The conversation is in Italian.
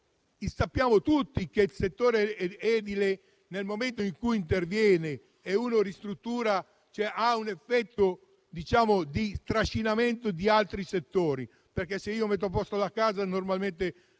sappiamo tutti che il settore edile, nel momento in cui si interviene e si ristruttura, ha un effetto di trascinamento su altri settori, perché se metto a posto la casa normalmente